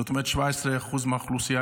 זאת אומרת 17% מהאוכלוסייה,